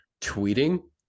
tweeting